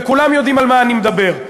וכולם יודעים על מה אני מדבר,